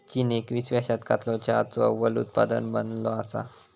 चीन एकविसाव्या शतकालो चहाचो अव्वल उत्पादक बनलो असा